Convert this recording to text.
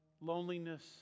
loneliness